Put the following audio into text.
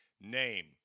name